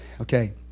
Okay